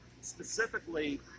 specifically